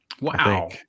Wow